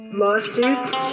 lawsuits